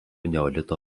neolito